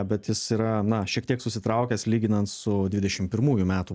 bet jis yra na šiek tiek susitraukęs lyginant su dvidešim pirmųjų metų